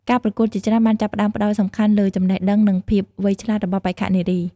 ការប្រកួតជាច្រើនបានចាប់ផ្តើមផ្តោតសំខាន់លើចំណេះដឹងនិងភាពវៃឆ្លាតរបស់បេក្ខនារី។